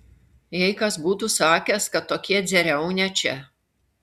jei kas būtų sakęs kad tokie dzeriaunia čia